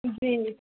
جی